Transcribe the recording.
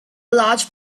large